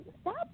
Stop